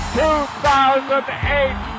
2008